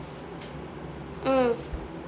mm